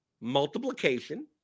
multiplication